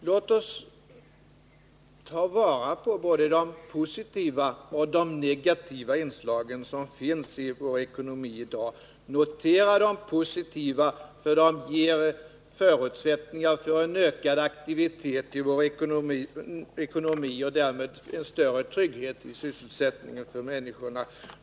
Låt oss ta vara på både de positiva och de negativa inslag som finns i vår ekonomi i dag — notera de positiva för att de ger förutsättningar för en ökad aktivitet i vår ekonomi och därmed en större trygghet i sysselsättningen för människor.